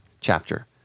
chapter